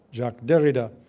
jacques derrida,